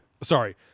sorry